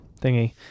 thingy